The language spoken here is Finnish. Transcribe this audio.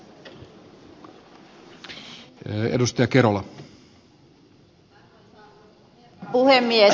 arvoisa puhemies